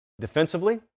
defensively